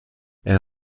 elle